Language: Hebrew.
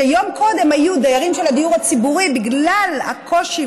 שיום קודם היו דיירים של הדיור הציבורי בגלל הקושי